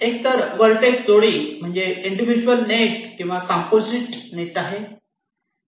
एकतर व्हर्टेक्स जोडी म्हणजे इंडिविडुअल नेट किंवा कंपोझिट नेट आहे